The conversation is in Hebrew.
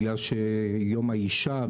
בגלל שיום האישה,